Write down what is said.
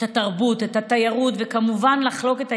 את התרבות ואת התיירות,